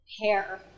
hair